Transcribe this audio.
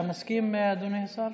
אתה מסכים, אדוני השר?